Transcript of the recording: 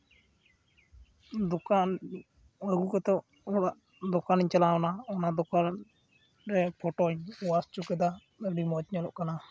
ᱫᱚᱠᱟᱱ ᱟᱹᱜᱩ ᱠᱟᱛᱮᱫ ᱚᱲᱟᱜ ᱫᱚᱠᱟᱱᱤᱧ ᱪᱟᱞᱟᱣᱮᱱᱟ ᱚᱱᱟ ᱫᱚᱠᱟᱱ ᱨᱮ ᱯᱷᱚᱴᱳᱧ ᱚᱣᱟᱨ ᱦᱚᱪᱚ ᱠᱮᱫᱟ ᱟᱹᱰᱤ ᱢᱚᱡᱽ ᱧᱮᱞᱚᱜ ᱠᱟᱱᱟ